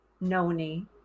Noni